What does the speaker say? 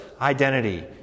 identity